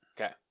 Okay